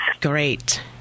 Great